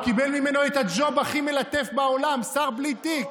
הוא קיבל ממנו את הג'וב הכי מלטף בעולם: שר בלי תיק.